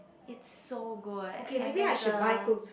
it's so good and there's a